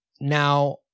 Now